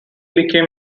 became